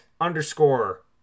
underscore